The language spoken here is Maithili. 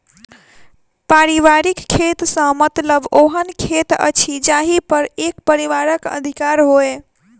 पारिवारिक खेत सॅ मतलब ओहन खेत अछि जाहि पर एक परिवारक अधिकार होय